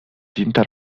tinta